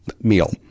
meal